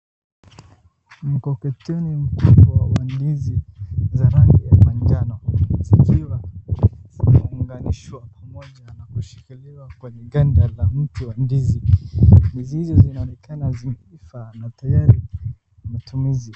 Mkokoteni mkubwa wa ndizi za rangi ya manjano, zikiwa zimeunganishwa pamoja na kushikiliwa kwenye ganda la mti wa ndizi, ndizi zinaonekana zimeiva na tayari kwa matumizi.